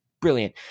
brilliant